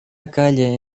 calle